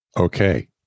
Okay